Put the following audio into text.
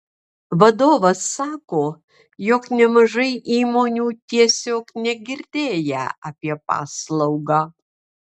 vadovas sako jog nemažai įmonių tiesiog negirdėję apie paslaugą